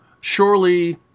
surely